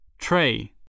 Tray